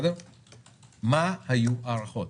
מה היו ההערכות?